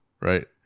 right